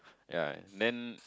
ya then